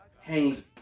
hangs